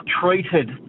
treated